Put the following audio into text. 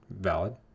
Valid